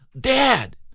Dad